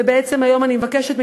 ובעצם היום אני מבקשת מכם,